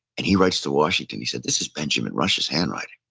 and he writes to washington, he says, this is benjamin rush's handwriting.